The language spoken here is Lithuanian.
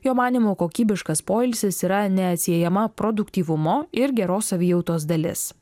jo manymu kokybiškas poilsis yra neatsiejama produktyvumo ir geros savijautos dalis